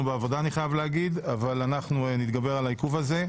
בעבודה אבל אנחנו נתגבר על העיכוב הזה.